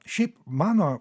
šiaip mano